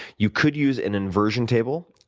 you could use an inversion table.